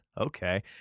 okay